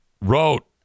Wrote